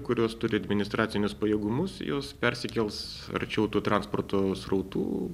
kurios turi administracinius pajėgumus jos persikels arčiau tų transporto srautų